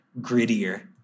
grittier